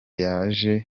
yaje